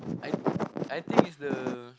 I I think it's the